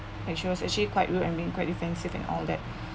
and she was actually quite rude and being quite offensive and all that